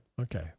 Okay